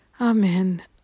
amen